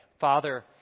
Father